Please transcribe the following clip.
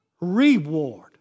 Reward